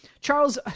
Charles